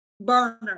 burner